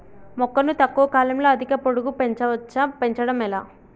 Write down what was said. మొక్కను తక్కువ కాలంలో అధిక పొడుగు పెంచవచ్చా పెంచడం ఎలా?